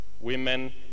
women